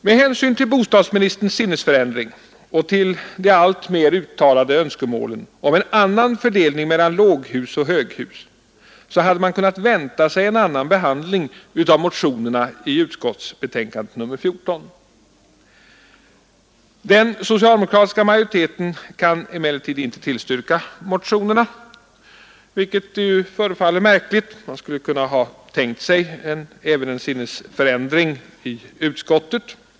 Med hänsyn till bostadsministerns sinnesändring och till de alltmer uttalade önskemålen om en annan fördelning mellan låghus och höghus hade man kunnat vänta sig en annan behandling av motionerna i utskottsbetänkandet nr 14. Den socialdemokratiska majoriteten kan emellertid inte tillstyrka motionerna, vilket förefaller märkligt: man kunde ju ha tänkt sig en sinnesförändring även i utskottet.